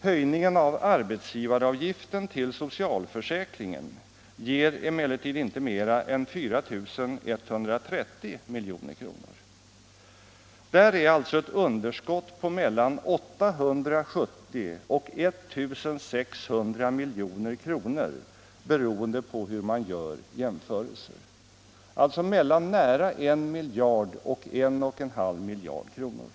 Höjningen av arbetsgivaravgiften till socialförsäkringen ger emellertid inte mera än 4 130 milj.kr. Där är alltså ett underskott på mellan 870 och 1 600 miljoner beroende på hur man gör jämförelsen — alltså mellan nära 1 miljard och 1 1/2 miljard kronor.